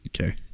Okay